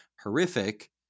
horrific